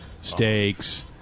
steaks